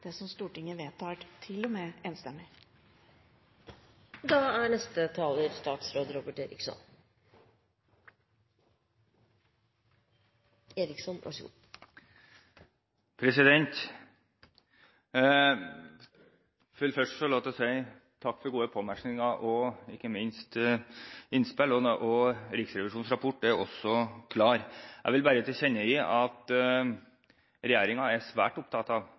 vil først få lov til å si takk for gode påpekninger og ikke minst innspill. Riksrevisjonens rapport er klar. Jeg vil bare tilkjennegi at regjeringen er svært opptatt av